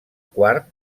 quart